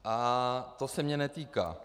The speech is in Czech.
A to se mě netýká.